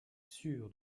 sûr